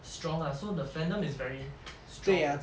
strong lah so the fandom is very strong and stuff